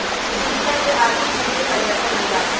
उद्यमिता से आर्थिक क्षेत्र में परिवर्तन होला